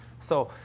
so,